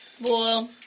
Boy